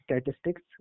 statistics